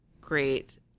great